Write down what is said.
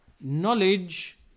knowledge